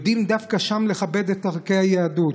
יודעים דווקא שם לכבד את דרכי היהדות.